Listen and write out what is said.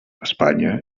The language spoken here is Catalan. espanya